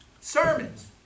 sermons